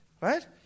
Right